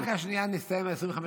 רק השנייה נסתיימו 25 דקות.